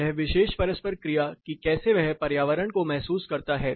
यह विशेष परस्पर क्रिया कि कैसे वह पर्यावरण को महसूस करता है